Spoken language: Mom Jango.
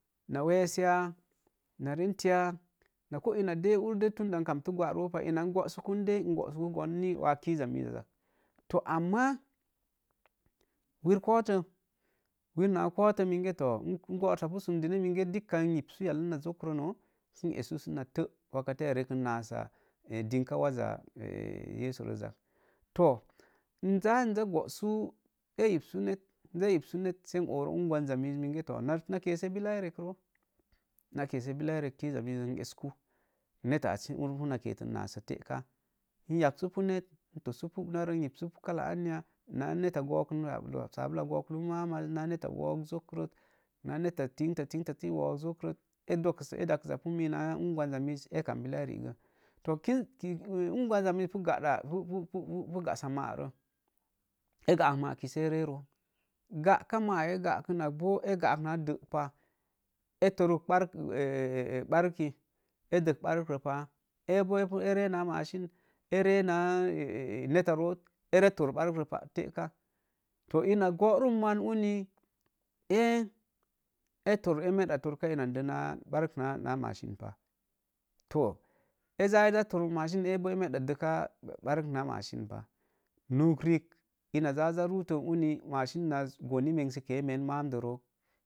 Na was ya? Na rent ya? Na dei ina urdei, tunda n kamto gwa denpah ina ur ii dei n goosu goon ni kiza mizzaz, to amma wir koto wir nagə koto, minge to n gorosapu sundemi, menge dikka n yipsu yalen na zokron ron, sə essu suna tə wakatə a rekən nassa, dinka waza a dinka waza yesu zak. To n zaa n za gosu, ee yipsu net, sai n oroo ungwanza mii minge to na kesse billa ee rek roo, na kesse billa ee rek kiza mizo n esku ndtta at sə urboo na ketən nassə teka, n yaksupu net n tossupu bonare, n yipsu pu kalla anya naa neta gokən, naa sabulu gokunu mam maz naa neta tinta tii wook zokrot, ee doksapu me naa urgwanza mii ee kan ksm bills ee rigə, ungwan za nini pu, pu gassa maarə ee gaak maki sə ee ree roo, gaa ka maa ee gaa kən nak boo, ee gaa naa de pah ee tor bər a. a, bərki, ee dək bərre pah, ee pu ee ree naa macin, ee ree naa neta roo ee tpr barro roo teka, to ina burum uni, ee aa a meda torka inan voo bark naa macin pah, too ee zaa ee zaa tor maein, ee boo ee meeda dekka barnaa macin pah, nok riik ina zaa-zaa rooton uni macin naz goni nansika nen mam də rook.